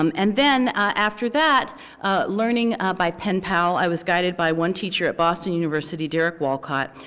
um and then after that learning by pen pal, i was guided by one teacher at boston university, derek walcott,